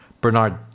Bernard